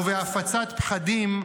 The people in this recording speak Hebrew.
-- ובהפצת פחדים,